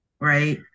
right